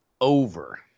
Over